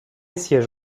siège